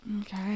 Okay